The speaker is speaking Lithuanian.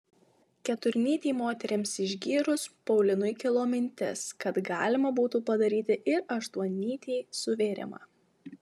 keturnytį moterims išgyrus paulinui kilo mintis kad galima būtų padaryti ir aštuonnytį suvėrimą